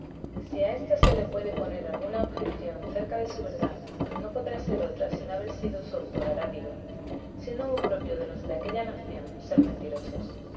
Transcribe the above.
si a ésta se le puede poner alguna objeción cerca de su verdad no podrá ser otra sino haber sido su autor arábigo siendo muy propio de los de aquella nación ser mentirosos